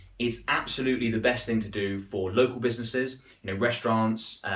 is absolutely the best thing to do for local businesses and restaurants,